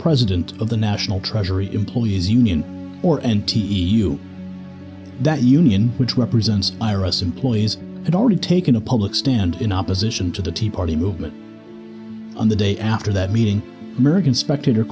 president of the national treasury employees union or n t e u that union which represents iris employees had already taken a public stand in opposition to the tea party movement on the day after that meeting american spectator